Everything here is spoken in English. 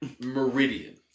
meridian